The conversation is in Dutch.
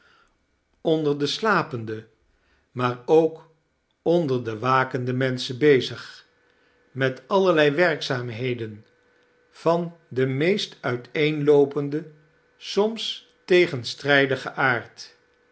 onder de slacharles dickens pende maar ook onder de wakende menschen bezig met allerlei werkzaamheden van den meest uiteenloopenden soms tegenstrijdigen aard